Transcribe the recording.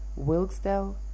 Wilkesdale